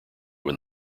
when